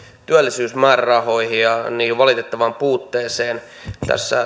työllisyysmäärärahoihin ja niiden valitettavaan puutteeseen tässä